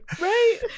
Right